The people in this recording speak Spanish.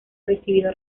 recibido